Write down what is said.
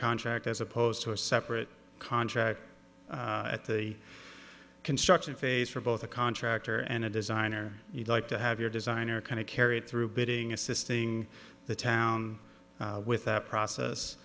contract as opposed to a separate contract at the construction phase for both a contractor and a design or you'd like to have your design or kind of carried through bidding assisting the town with that process